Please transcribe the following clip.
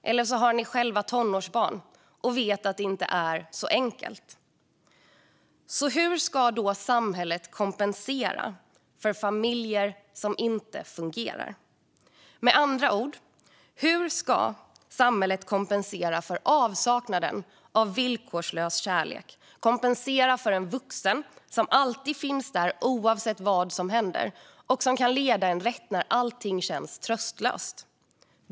Kanske har ni själva tonårsbarn och vet att det inte är så enkelt. Hur ska då samhället kompensera för familjer som inte fungerar? Med andra ord: Hur ska samhället kompensera för avsaknaden av villkorslös kärlek och en vuxen som alltid finns där, oavsett vad som händer, och som kan leda en rätt när allting känns tröstlöst?